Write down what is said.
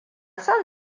son